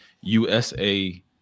USA